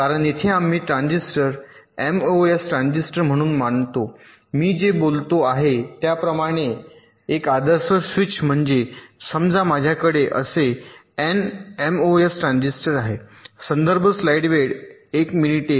कारण येथे आम्ही ट्रान्झिस्टर एमओएस ट्रान्झिस्टर म्हणून मानतो मी जे बोलतो आहे त्याप्रमाणे एक आदर्श स्विच म्हणजे समजा माझ्याकडे असे एन एमओएस ट्रान्झिस्टर आहे